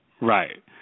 Right